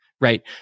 Right